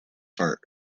hart